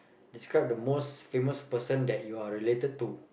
describe the most famous person that you are related to